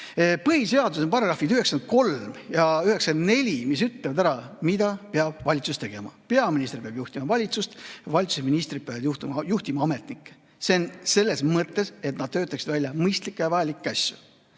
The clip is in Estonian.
Põhiseaduse §‑d 93 ja 94 ütlevad ära, mida peab valitsus tegema: peaminister peab juhtima valitsust, valitsuse ministrid peavad juhtima ametnikke. Selles mõttes, et nad töötaksid välja mõistlikke ja vajalikke asju,